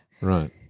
Right